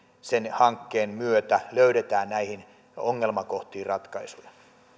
sen hankkeen myötä löydetään näihin ongelmakohtiin ratkaisuja